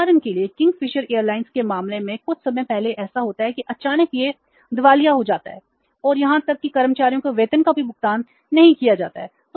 उदाहरण के लिए किंगफिशर एयरलाइंस के मामले में कुछ समय पहले ऐसा होता है कि अचानक यह दिवालिया हो जाती है और यहां तक कि कर्मचारियों के वेतन का भी भुगतान नहीं किया जाता है